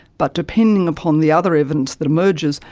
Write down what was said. but depending upon the other evidence that emerges,